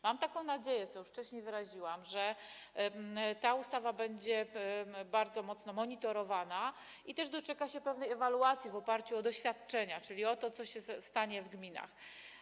Mam nadzieję, co już wcześniej wyraziłam, że ta ustawa będzie bardzo mocno monitorowana i też doczeka się pewnej ewaluacji w oparciu o doświadczenia, czyli o to, co się stanie w gminach.